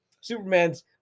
Superman's